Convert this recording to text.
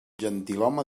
gentilhome